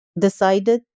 decided